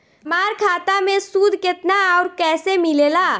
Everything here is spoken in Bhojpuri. हमार खाता मे सूद केतना आउर कैसे मिलेला?